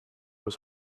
was